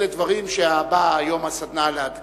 אלה דברים שהסדנה באה היום להדגיש.